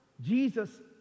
Jesus